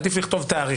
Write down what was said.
עדיף פשוט לכתוב תאריך.